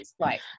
Right